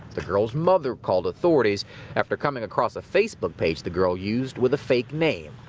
the girl's mother called authorities after coming across a facebook page the girl used with a fake name.